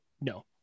no